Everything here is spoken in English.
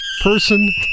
person